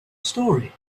story